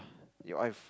your eyes